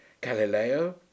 galileo